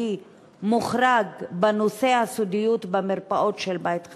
מוחרג בנושא הסודיות במרפאות של "בית חם"?